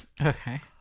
Okay